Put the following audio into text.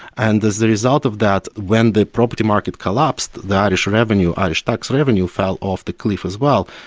and as the result of that, when the property market collapsed the irish revenue irish tax revenue fell off the cliff as well,